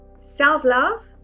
self-love